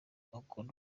mukunda